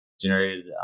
generated